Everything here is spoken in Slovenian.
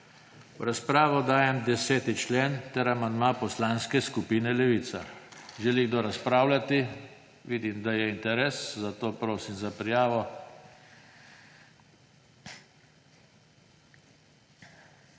V razpravo dajem 10. člen ter amandma Poslanske skupine Levica. Želi kdo razpravljati? Vidim, da je interes, zato prosim za prijavo.